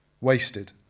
Wasted